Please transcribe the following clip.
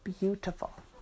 beautiful